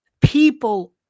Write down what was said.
people